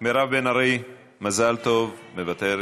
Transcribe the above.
מירב בן ארי, מזל טוב, מוותרת.